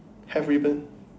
have ribbon